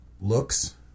looks